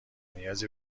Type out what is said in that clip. نیازی